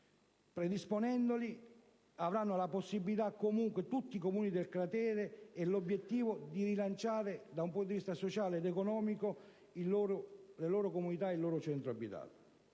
predisponendo i quali avranno la possibilità - tutti i Comuni del cratere - di rilanciare dal punto di vista sociale ed economico le loro comunità e il loro centro abitato.